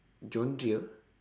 genre